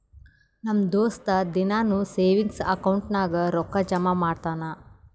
ನಮ್ ದೋಸ್ತ ದಿನಾನೂ ಸೇವಿಂಗ್ಸ್ ಅಕೌಂಟ್ ನಾಗ್ ರೊಕ್ಕಾ ಜಮಾ ಮಾಡ್ತಾನ